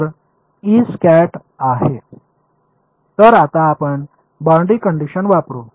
तर आता आपण बाउंड्री कंडीशन वापरु